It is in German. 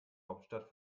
hauptstadt